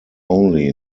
only